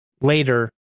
later